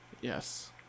Yes